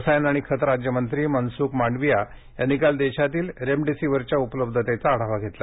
रसायन आणि खतं राज्यमंत्री मनसुख मांडविया यांनी काल देशातील रेमडेसिवीरच्या उपलब्धतेचा आढावा घेतला